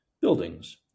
buildings